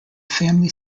family